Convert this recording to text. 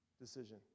decision